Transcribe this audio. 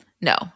No